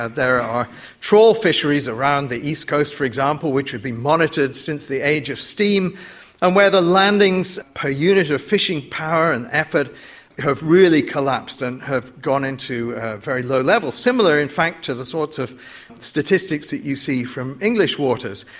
ah there are trawl fisheries around the east coast, for example, which have been monitored since the age of steam and where the landings per unit of fishing power and effort have really collapsed and have gone into very low levels, similar in fact to the sorts of statistics that you see from english waters.